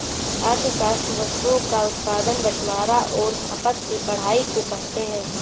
अर्थशास्त्र वस्तुओं का उत्पादन बटवारां और खपत की पढ़ाई को कहते हैं